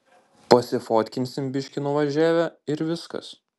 pasifotkinsim biškį nuvažiavę ir viskas